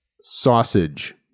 Sausage